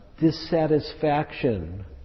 Dissatisfaction